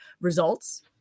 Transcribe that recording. results